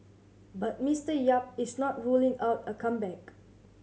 but Mister Yap is not ruling out a comeback